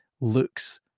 looks